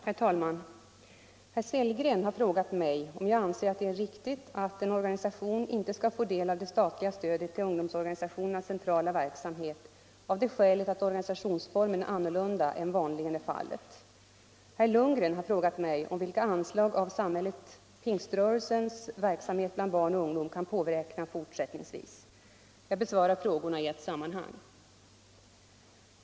Herr talman! Herr Sellgren har frågat mig om jag anser det riktigt att en organisation inte skall få del av det statliga stödet till ungdomsorganisationernas centrala verksamhet av det skälet att organisationsformen är annorlunda än vanligen är fallet. Herr Lundgren har frågat mig vilka anslag av samhället pingströrelsens verksamhet bland barn och ungdom kan påräkna fortsättningsvis. Jag besvarar frågorna i ett sammanhang.